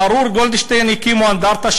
לארור גולדשטיין הקימו אנדרטה,